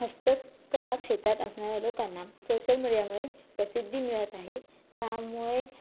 हस्तकला क्षेतात असणाऱ्या लोकांना सोशल मीडियामुळे प्रसिद्धी मिळत आहे त्यामुळे